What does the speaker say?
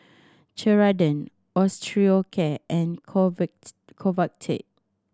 Ceradan Osteocare and Convatec